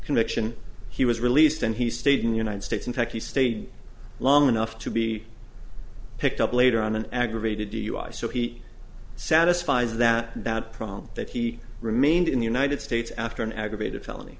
conviction he was released and he stayed in the united states in fact he stayed long enough to be picked up later on an aggravated dui so he satisfies that that problem that he remained in the united states after an aggravated felony